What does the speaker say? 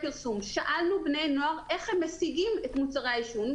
שאלנו בני נוער איך הם משיגים את מוצרי העישון,